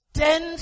ten